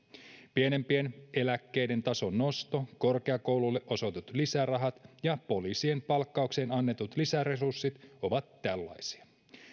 pienempien eläkkeiden tason nosto korkeakouluille osoitetut lisärahat ja poliisien palkkaukseen annetut lisäresurssit ovat tällaisia